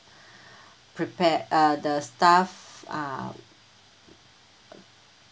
prepare uh the staff are